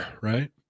Right